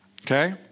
Okay